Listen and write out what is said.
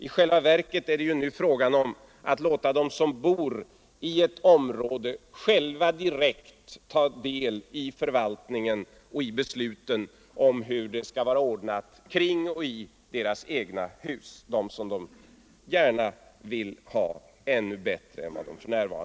I själva verket är det ju nu fråga om att låta dem som bor i ett område själva direkt ta del i förvaltningen och i besluten om hur det skall vara ordnat kring och i deras egna hus.